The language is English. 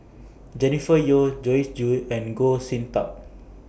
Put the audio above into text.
Jennifer Yeo Joyce Jue and Goh Sin Tub